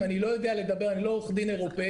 אני לא עורך דין אירופאי,